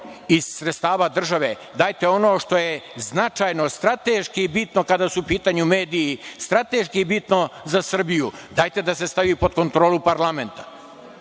iz sredstava države, dajte ono što je značajno, strateški bitno kada su u pitanju mediji, strateški bitno za Srbiju, dajte da se stavi pod kontrolu parlamenta.